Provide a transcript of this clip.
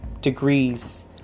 degrees